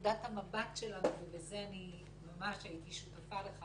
נקודת המבט שלנו ובזה אני ממש הייתי שותפה לך